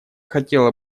хотела